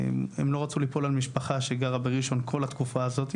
הם לא רצו ליפול על משפחה שגרה בראשון כל התקופה הזאת,